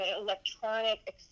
electronic